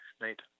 night